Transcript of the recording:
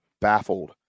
baffled